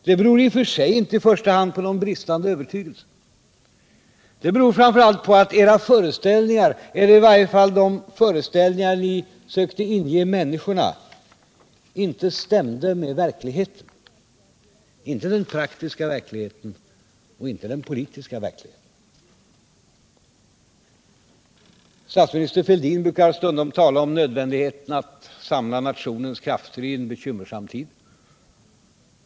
Det beror i och för sig inte i första hand på någon bristande övertygelse. Det beror framför allt på att era föreställningar, eller i varje fall de föreställningar ni försökt inge människorna, inte stämde med verkligheten —- inte den praktiska verkligheten och inte den politiska verkligheten. Statsminister Fälldin talar stundom om nödvändigheten att samla nationens krafter i en bekymmersam tid.